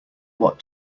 what